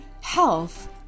health